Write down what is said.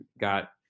got